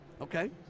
Okay